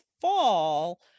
fall